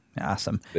Awesome